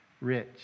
rich